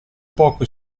poco